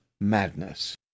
madness